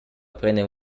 prendere